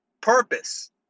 purpose